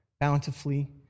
bountifully